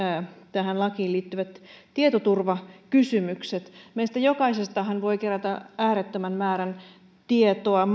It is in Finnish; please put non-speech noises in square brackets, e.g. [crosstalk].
tähän lakiin liittyvät tietoturvakysymykset meistä jokaisestahan voi kerätä äärettömän määrän tietoa [unintelligible]